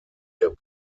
der